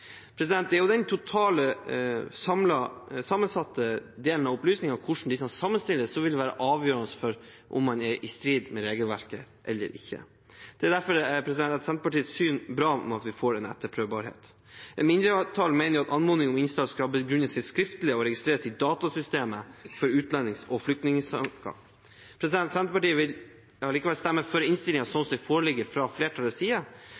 Det er den totale, sammensatte delen av opplysningene, altså hvordan disse sammenstilles, som vil være avgjørende for om man er i strid med regelverket eller ikke. Det er derfor etter Senterpartiets syn bra at vi får en etterprøvbarhet. Et mindretall mener anmodningen om innsyn skal begrunnes skriftlig og registreres i Datasystemet for utlendings- og flyktningsaker. Senterpartiet vil likevel stemme for innstillingen slik den foreligger fra flertallets side.